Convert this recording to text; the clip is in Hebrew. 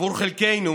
בעבור חלקנו